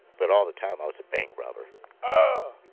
but all the time i was a bank robber ah